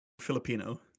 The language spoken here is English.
Filipino